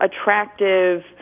attractive